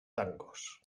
tangos